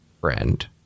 friend